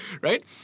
right